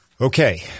Okay